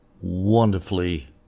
wonderfully